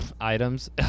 items